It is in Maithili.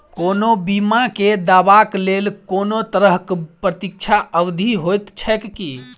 कोनो बीमा केँ दावाक लेल कोनों तरहक प्रतीक्षा अवधि होइत छैक की?